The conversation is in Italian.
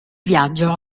viaggio